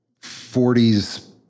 40s